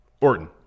Orton